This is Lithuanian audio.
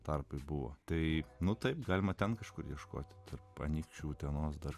tarpai buvo tai nu taip galima ten kažkur ieškot tarp anykščių utenos dar